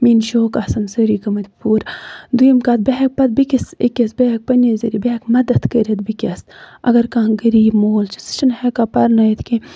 میٲنۍ شوق آسن سٲری گٔمٕتۍ پوٗرٕ دۄیِم کَتھ بہٕ ہیٚکہٕ پَتہٕ بیٚکِس أکِس بہٕ ہیٚکہٕ پَنٕنہِ ذریعہِ بہٕ ہیٚکہٕ مدد کٔرِتھ بیٚکِس اَگر کانٛہہ غریٖب مول چھُ سُہ چھُنہٕ ہیٚکان پَرناوِتھ کیٚنٛہہ